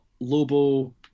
lobo